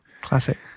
classic